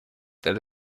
that